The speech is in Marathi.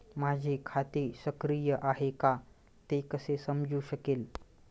माझे खाते सक्रिय आहे का ते कसे समजू शकेल?